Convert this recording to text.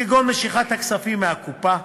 כגון משיכת הכספים מהקופה,